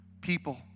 people